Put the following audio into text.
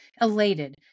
elated